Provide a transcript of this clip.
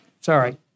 Sorry